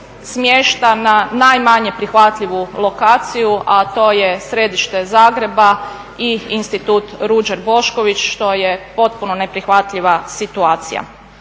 smješta na najmanje prihvatljivu lokaciju, a to je središte Zagreba i Institut Ruđer Bošković, što je potpuno neprihvatljiva situacija.